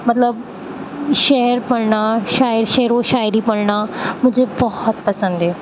مطلب شعر پڑھنا شعر و شاعری پڑھنا مجھے بہت پسند ہے